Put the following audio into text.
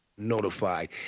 notified